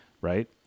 Right